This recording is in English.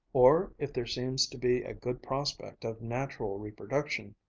or if there seems to be a good prospect of natural reproduction,